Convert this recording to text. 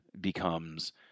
becomes